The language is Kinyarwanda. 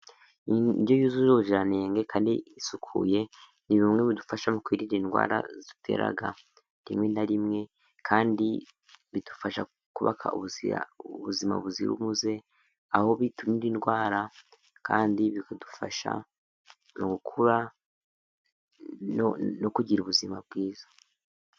indyo yuzuje ubuziranenge kandi yuzuye, ni bimwe bidufasha mu kwirinda indwara zitera rimwe na rimwe, kandi bidufasha kubaka ubuzima, ubuzima buzira umuze aho biturinda indwara kandi bikadufasha gukura no kugira ubuzima bwiza.